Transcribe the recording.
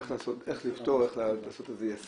איך לפתור, איך לעשות את זה ישים.